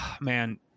man